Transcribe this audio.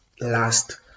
last